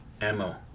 ammo